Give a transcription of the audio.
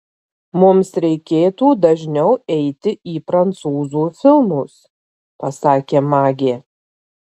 mums reikėtų dažniau eiti į prancūzų filmus pasakė magė